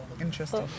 Interesting